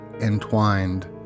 entwined